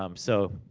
um so,